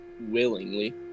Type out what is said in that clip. willingly